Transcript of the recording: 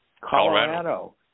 Colorado